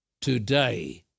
today